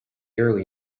early